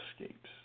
escapes